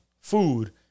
food